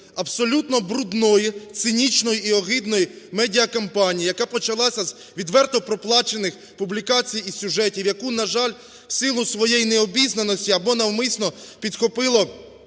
абсолютно брудної, цинічної і огидної медіа-кампанії, яка почалася з відверто проплачених публікацій і сюжетів, яку, на жаль, в силу своєї необізнаності або навмисно підхопило